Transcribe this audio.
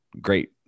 great